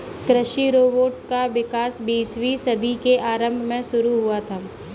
कृषि रोबोट का विकास बीसवीं सदी के आरंभ में शुरू हुआ था